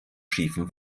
schiefen